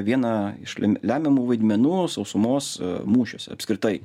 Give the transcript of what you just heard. vieną iš lemiamų vaidmenų sausumos mūšiuose apskritai